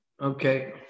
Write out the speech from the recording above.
Okay